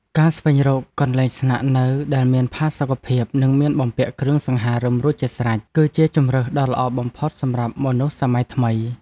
ការស្វែងរកកន្លែងស្នាក់នៅដែលមានផាសុកភាពនិងមានបំពាក់គ្រឿងសង្ហារិមរួចជាស្រេច គឺជាជម្រើសដ៏ល្អបំផុតសម្រាប់មនុស្សសម័យថ្មី។